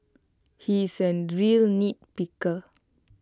he is A real nitpicker